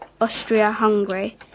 Austria-Hungary